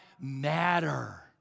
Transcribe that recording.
matter